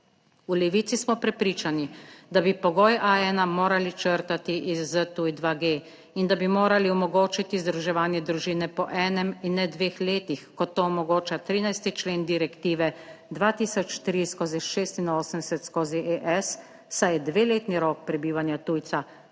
V Levici smo prepričani, da bi pogoj A1 morali črtati iz ZTuj-2G in da bi morali omogočiti združevanje družine po 1 in ne 2 letih, kot to omogoča 13. člen direktive 2003/86/ES, saj je dveletni rok prebivanja tujca,